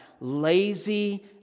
Lazy